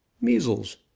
measles